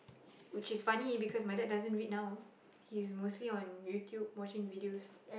which is funny because my dad doesn't read now he's mostly on YouTube watching videos